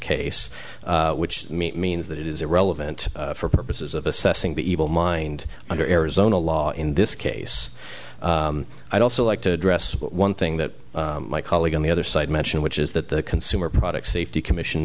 case which means that it is irrelevant for purposes of assessing the evil mind under arizona law in this case i'd also like to address one thing that my colleague on the other side mentioned which is that the consumer product safety commission